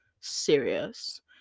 serious